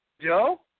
Joe